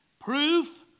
proof